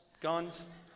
guns